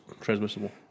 transmissible